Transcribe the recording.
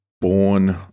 Born